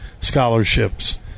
scholarships